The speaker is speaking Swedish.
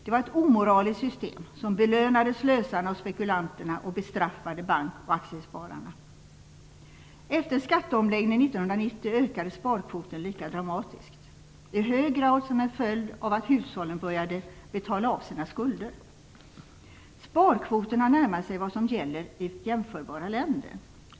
Det var ett omoraliskt system som belönade slösarna och spekulanterna och bestraffade bank och aktiespararna. Efter skatteomläggningen 1990 ökade sparkvoten lika dramatiskt, i hög grad som en följd av att hushållen började betala av sina skulder. Sparkvoten har närmat sig vad som gäller i jämförbara länder.